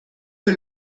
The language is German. für